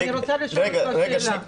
אני רוצה לשאול אותך שאלה,